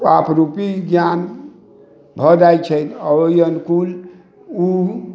आपरूपी ज्ञान भऽ जाइ छै आ ओहि अनुकूल ओ